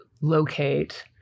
locate